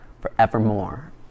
forevermore